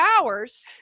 hours